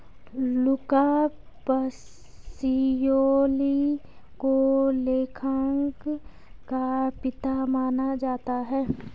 लुका Pacioli को लेखांकन का पिता माना जाता है